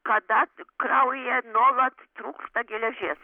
kada kraujyje nuolat trūksta geležies